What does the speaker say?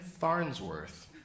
Farnsworth